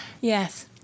yes